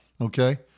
Okay